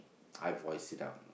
I voice it out